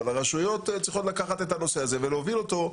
אבל הרשויות צריכות לקחת את הנושא הזה ולהוביל אותו,